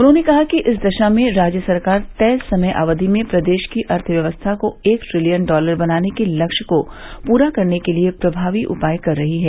उन्होंने कहा कि इस दिशा में राज्य सरकार तय समय अवधि में प्रदेश की अर्थ व्यवस्था को एक ट्रिलियन डॉलर बनाने के लक्ष्य को पूरा करने के लिये प्रभावी उपाय कर रही है